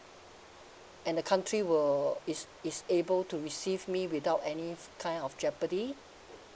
and the country will is is able to receive me without any kind of jeopardy